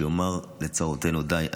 שיאמר לצרותינו די.